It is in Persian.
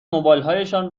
موبایلهایشان